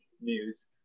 news